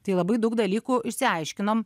tai labai daug dalykų išsiaiškinom